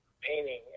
painting